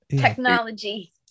technology